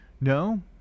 No